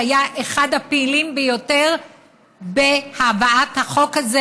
שהיה אחד הפעילים ביותר בהבאת החוק הזה